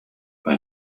bei